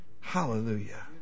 Hallelujah